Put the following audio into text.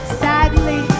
sadly